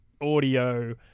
audio